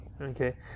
Okay